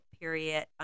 period